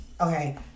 Okay